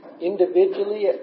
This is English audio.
individually